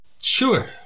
Sure